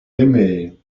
aimées